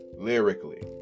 lyrically